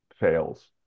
fails